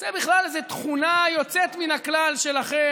זו בכלל איזו תכונה יוצאת מן הכלל שלכם,